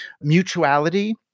mutuality